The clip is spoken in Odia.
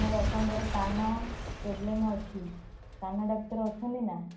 ମୋ ବାପାଙ୍କର କାନ ପ୍ରୋବ୍ଲେମ୍ ଅଛି କାନ ଡାକ୍ତର ଅଛନ୍ତି ନା